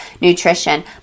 nutrition